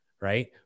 Right